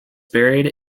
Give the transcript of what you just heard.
buried